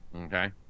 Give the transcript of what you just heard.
Okay